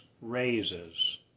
raises